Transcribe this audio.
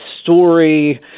Story